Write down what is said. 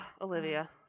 Olivia